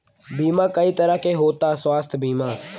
बीमा कई तरह के होता स्वास्थ्य बीमा?